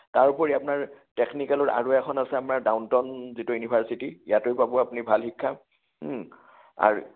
তাৰোপৰি আপোনাৰ টেকনিকেলৰ আৰু এখন আছে আমাৰ ডাউন টাউন যিটো ইউনিভাৰ্চিটি ইয়াতো পাব আপুনি ভাল শিক্ষা আৰু